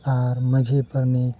ᱟᱨ ᱢᱟᱺᱡᱷᱤ ᱯᱟᱨᱟᱱᱤᱠ